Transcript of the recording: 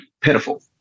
pitiful